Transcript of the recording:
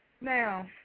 Now